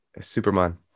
Superman